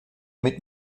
mit